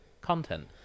content